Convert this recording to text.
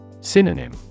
Synonym